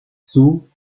sceaux